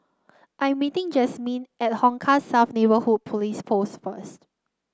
I'm meeting Jazmin at Hong Kah South Neighbourhood Police Post first